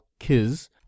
kiz